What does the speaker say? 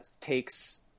Takes